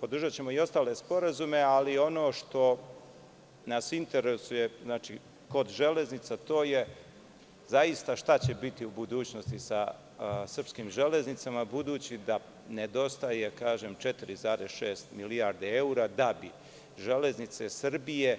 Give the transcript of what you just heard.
Podržaćemo i ostale sporazume, ali ono što nas interesuje kod železnica, to je šta će biti u budućnosti sa srpskim železnicama, budući da nedostaje 4,6 milijardi evra da bi „Železnice Srbije“